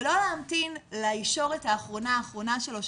ולא להמתין לישורת האחרונה אחרונה שלו,